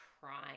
crying